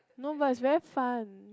no but it's very fun